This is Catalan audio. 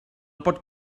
pot